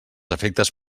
efectes